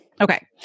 Okay